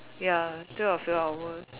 ya still a few hours